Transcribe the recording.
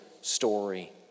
story